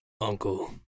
uncle